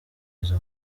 izo